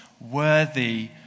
worthy